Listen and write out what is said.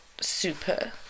super